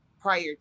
prior